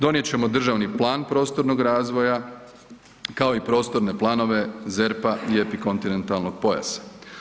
Donijet ćemo državni plan prostornog razvoja, kao i prostorne planove ZERP-a i epikontinentalnog pojasa.